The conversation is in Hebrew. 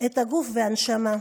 את הגוף והנשמה.